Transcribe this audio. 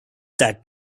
that